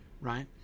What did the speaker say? Right